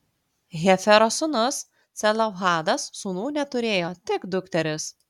hefero sūnus celofhadas sūnų neturėjo tik dukteris